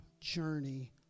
journey